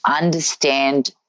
understand